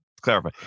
clarify